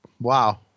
wow